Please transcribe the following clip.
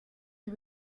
the